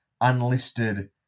unlisted